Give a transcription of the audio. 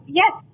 yes